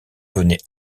venait